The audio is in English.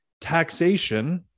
taxation